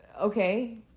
okay